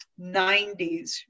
90s